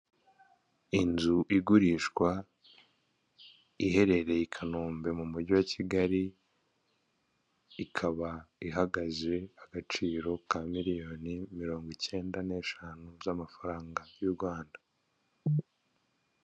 Inzu ikodeshwa iherereye Kabeza ikaba ikodeshwa amafaranga ibihumbi magana tandatu by'amafaranga y'u Rwanda